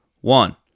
one